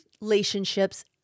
relationships